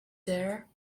there